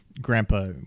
grandpa